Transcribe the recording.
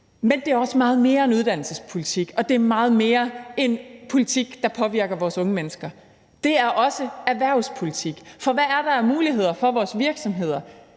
Men det er også meget mere end uddannelsespolitik, og det er meget mere end politik, der påvirker vores unge mennesker. Det er også erhvervspolitik, for hvad er der af muligheder for vores virksomheder